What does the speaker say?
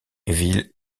ville